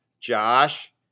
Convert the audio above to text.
Josh